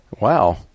Wow